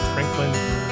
Franklin